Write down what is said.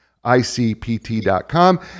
ICPT.com